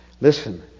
listen